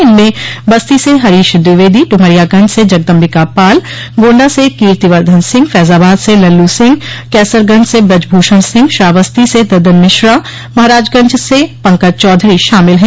इनमें बस्ती से हरीश द्विवेदी डुमरियागंज से जगदम्बिका पाल गोंडा से कीर्ति वर्धन सिंह फैजाबाद से लल्लू सिंह कैसरगंज से ब्रजभूषण सिंह श्रावस्ती से ददन मिश्रा महराजगज से पंकज चौधरी शामिल हैं